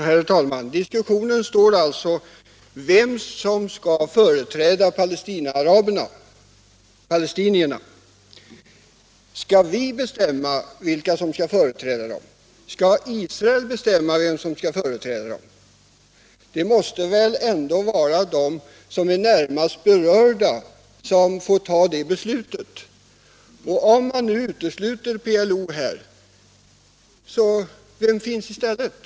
Herr talman! Diskussionen gäller nu vem som skall företräda Palestinaaraberna, dvs. palestinierna. Skall vi bestämma vilka som skall företräda dem eller skall Israel bestämma det? Det måste väl ändå vara de närmast berörda som får fatta det beslutet. Om man nu utesluter PLO: Vem finns i stället?